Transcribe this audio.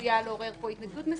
שעשויה לעורר פה התנגדות מסוימת.